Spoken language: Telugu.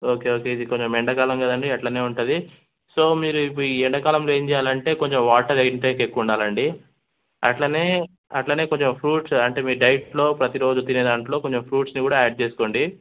ఓకే ఓకే ఇది కొంచెం ఎండాకాలం కదండి అట్లనే ఉంటుంది సో మీరు ఇప్పు ఈ ఎండాకాలంలో ఏం చేయాలంటే కొంచెం వాటర్ ఇన్టేక్ ఎక్కువుండాలండి అట్లనే అట్లనే కొద్దిగా ఫ్రూట్స్ అంటే మీ డైట్లో ప్రతిరోజు తినే దాంట్లో కొంచెం ఫ్రూట్స్ని కూడా యాడ్ చేసుకోండి